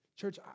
Church